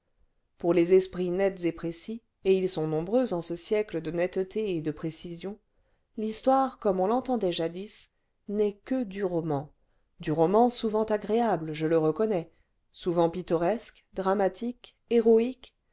pour les esprits nets et précis et ils sont nombreux en ce siècle de netteté et de précision l'histoire comme on l'entendait jadis n'est que clu roman du roman souvent agréable je le reconnais souvent pittoresque dramatique héroïque